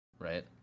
right